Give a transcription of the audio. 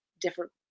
different